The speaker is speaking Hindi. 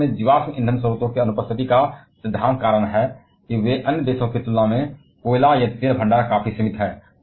फ्रांस में जीवाश्म ईंधन स्रोतों की अनुपस्थिति का कारण यह है कि वे अन्य देशों की तुलना में कोयला या तेल भंडार काफी सीमित हैं